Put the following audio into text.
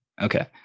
Okay